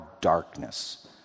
darkness